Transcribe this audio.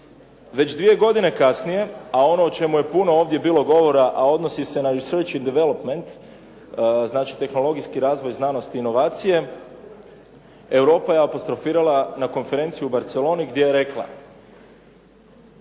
Već dvije godine kasnije, a ono o čemu je puno ovdje bilo govora, a odnosi se na …/Govornik govori engleski, ne razumije se./… znači tehnologijski razvoj znanosti i inovacije Europa je apostrofirala na Konferenciji u Barceloni gdje je rekla: